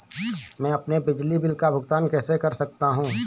मैं अपने बिजली बिल का भुगतान कैसे कर सकता हूँ?